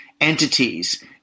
entities